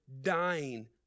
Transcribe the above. dying